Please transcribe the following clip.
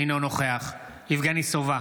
אינו נוכח יבגני סובה,